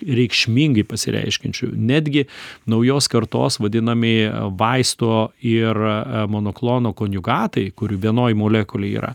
reikšmingai pasireiškiančių netgi naujos kartos vadinamieji vaisto ir monoklono konjugatai kurių vienoj molekulėj yra